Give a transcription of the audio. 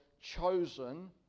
chosen